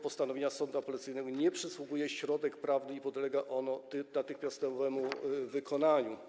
Na postanowienie sądu apelacyjnego nie przysługuje środek zaskarżenia i podlega ono natychmiastowemu wykonaniu.